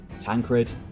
Tancred